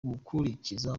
gukurikiza